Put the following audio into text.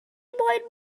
moyn